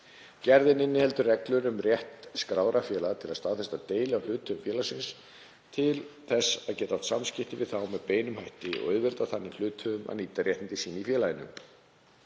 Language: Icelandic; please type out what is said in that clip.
Gerðin inniheldur reglur um rétt skráðra félaga til að staðfesta deili á hluthöfum félagsins til þess að geta átt samskipti við þá með beinum hætti og auðvelda þannig hluthöfum að nýta réttindi sín í félaginu.